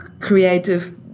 creative